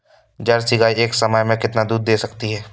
Jersey गाय एक समय में कितना दूध दे सकती है?